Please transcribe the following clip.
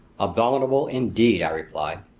abominable indeed, i replied,